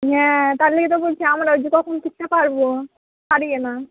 হ্যাঁ তার লাগেই তো বলছি আমরা ওই যে কখন শিখতে পারবো পারিয়ে না